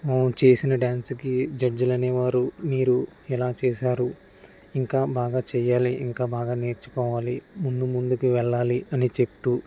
చేసిన డ్యాన్స్ కి జడ్జ్లు అనేవారు మీరు ఎలా చేశారు ఇంకా బాగా చేయాలి ఇంకా బాగా నేర్చుకోవాలి ముందు ముందుకు వెళ్ళాలి అని చెప్తూ